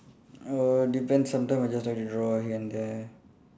err depends sometimes I just like to draw here and there